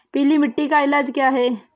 पीली मिट्टी का इलाज क्या है?